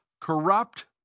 corrupt